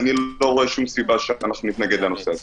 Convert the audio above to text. אני לא רואה שום סיבה שנתנגד לנושא הזה.